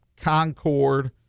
Concord